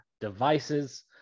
devices